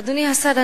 אדוני השר,